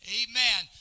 amen